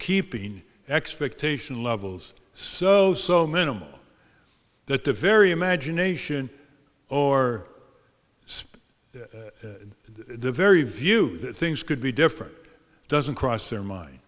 keeping expectation levels so so minimal that the very imagination or speak the very view that things could be different doesn't cross their mind